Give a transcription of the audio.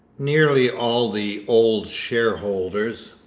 nearly all the old shareholders,